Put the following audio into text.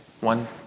One